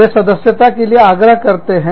वे सदस्यता के लिए आग्रह करते हैं